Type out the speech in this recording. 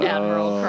Admiral